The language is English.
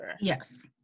Yes